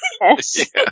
Yes